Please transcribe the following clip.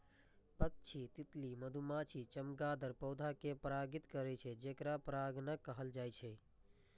पक्षी, तितली, मधुमाछी, चमगादड़ पौधा कें परागित करै छै, जेकरा परागणक कहल जाइ छै